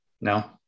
No